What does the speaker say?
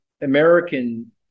American